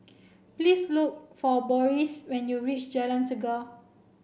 please look for Boris when you reach Jalan Chegar